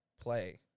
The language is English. play